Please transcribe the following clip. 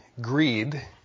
greed